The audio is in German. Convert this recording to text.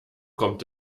kommt